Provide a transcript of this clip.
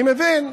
אני מבין,